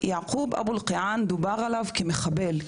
ויעקוב אבו אלקיעאן דובר עליו כמחבל,